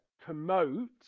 promote